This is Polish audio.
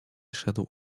szedł